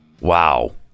Wow